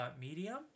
medium